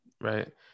Right